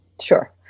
Sure